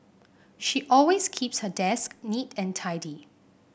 she always keeps her desk neat and tidy